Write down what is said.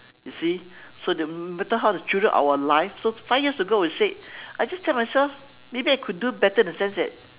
you see so no matter how we treated our life so five years ago we said I just tell myself maybe I could do better in a sense that